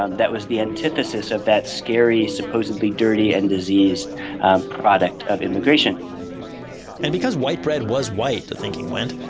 um that was the antithesis of that scary, supposedly dirty and diseased product of immigration and because white bread was white, the thinking went,